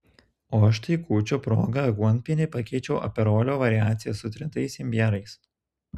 o aš tai kūčių proga aguonpienį pakeičiau aperolio variacija su trintais imbierais